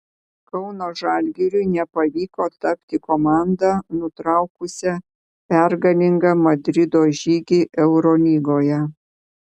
kauno žalgiriui nepavyko tapti komanda nutraukusia pergalingą madrido žygį eurolygoje